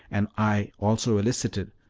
and i also elicited,